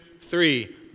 three